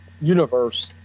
universe